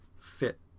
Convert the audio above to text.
fit